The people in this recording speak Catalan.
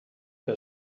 que